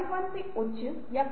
class में दिलचस्पी नहीं है